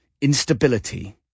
Instability